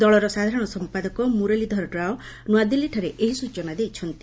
ଦଳର ସାଧାରଣ ସମ୍ପାଦକ ମୁରଲୀଧର ରାଓ ନୂଆଦିଲ୍ଲୀଠାରେ ଏହି ସୂଚନା ଦେଇଛନ୍ତି